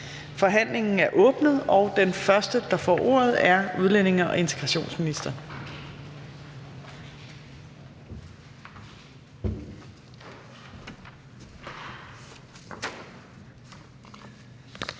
Forhandlingen er åbnet, og den første, der har ordet, er udlændinge- og integrationsministeren.